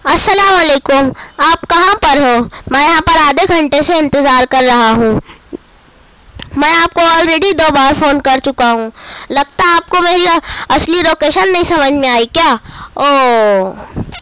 السلام علیکم آپ کہاں پر ہو میں یہاں پر آدھے گھنٹے سے انتظار کر رہا ہوں میں آپ کو آلریڈی دو بار فون کر چکا ہوں لگتا ہے آپ کو میری اصلی لوکیشن نہیں سمجھ میں آئی کیا او